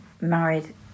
married